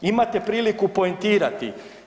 Imate priliku poentirati.